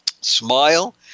Smile